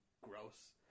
gross